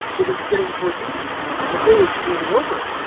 it is getting towards evening, and the day is nearly over.